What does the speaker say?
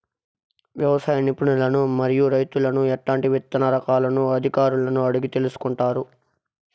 వ్యవసాయ నిపుణులను మరియు రైతులను ఎట్లాంటి విత్తన రకాలను అధికారులను అడిగి తెలుసుకొంటారు?